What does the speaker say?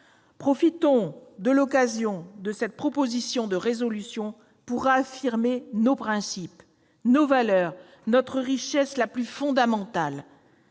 Profitons de l'occasion de cette proposition de résolution pour réaffirmer nos principes, nos valeurs, notre richesse la plus fondamentale